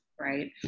right